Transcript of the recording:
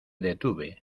detuve